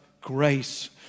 grace